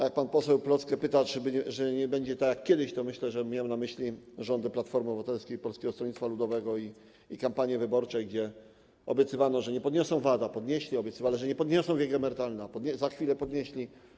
Jak pan poseł Plocke pyta, czy nie będzie tak jak kiedyś, to myślę, że miał na myśli rządy Platformy Obywatelskiej i Polskiego Stronnictwa Ludowego i kampanie wyborcze, gdzie obiecywano, że nie podniosą VAT, a podnieśli, obiecywali, że nie podniosą wieku emerytalnego, a za chwilę podnieśli.